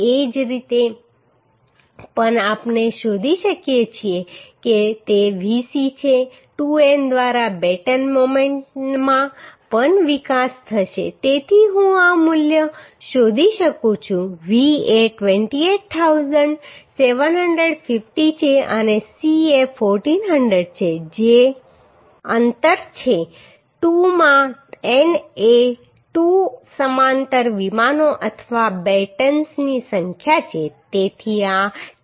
એ જ રીતે ક્ષણ પણ આપણે શોધી શકીએ છીએ કે તે VC છે 2 N દ્વારા બેટન મોમેન્ટમાં પણ વિકાસ થશે તેથી હું આ મૂલ્ય શોધી શકું છું V એ 28750 છે અને C એ 1400 છે જે અંતર છે 2 માં N એ 2 સમાંતર વિમાનો અથવા બેટન્સની સંખ્યા છે